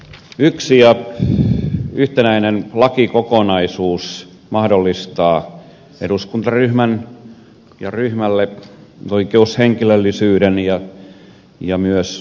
yksi ja yhtenäinen lakikokonaisuus mahdollistaa eduskuntaryhmän oikeushenkilöllisyyden ja myös oikeustoimikelpoisuuden